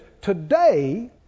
today